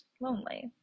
lonely